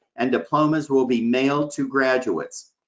and diplomas will be mailed to graduates.